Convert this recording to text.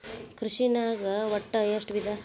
ಕೃಷಿನಾಗ್ ಒಟ್ಟ ಎಷ್ಟ ವಿಧ?